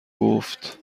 گفت